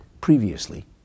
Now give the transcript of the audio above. previously